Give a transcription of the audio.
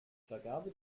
vergabe